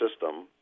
system